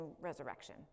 resurrection